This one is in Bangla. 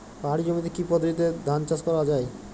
পাহাড়ী জমিতে কি পদ্ধতিতে ধান চাষ করা যায়?